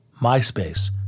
MySpace